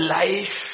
life